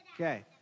Okay